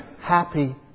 happy